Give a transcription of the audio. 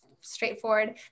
straightforward